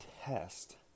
test